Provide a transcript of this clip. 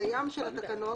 הקיים של התקנות.